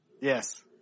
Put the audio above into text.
Yes